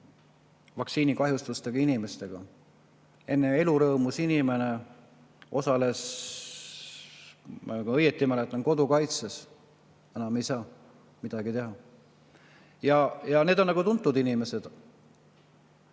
vaktsiinikahjustustega inimestega – enne elurõõmus inimene, osales, kui ma õieti mäletan, kodukaitses, aga enam ei saa midagi teha. Ja need on tuntud inimesed.